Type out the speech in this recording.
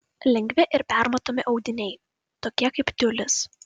lengvi ir permatomi audiniai tokie kaip tiulis